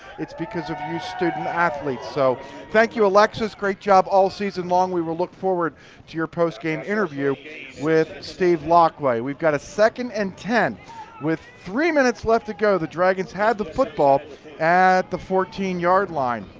it's because of you student athletes so thank you alexis. great job all season long. we will look forward to your post game interview with steve laqau. we've got a second and ten with three minutes left to go. the dragons have the football at the fourteen yard line.